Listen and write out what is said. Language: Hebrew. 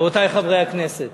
רבותי חברי הכנסת,